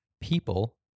people